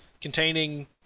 containing